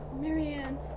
Marianne